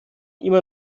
immer